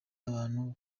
ahantu